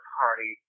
party